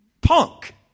Punk